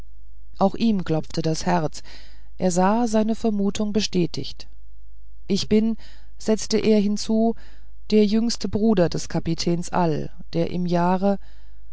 auch ihm klopfte das herz er sah seine vermutung bestätigt ich bin setzte er hinzu der jüngste bruder des kapitän all der im jahre